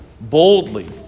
Boldly